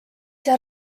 saa